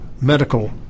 medical